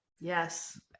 Yes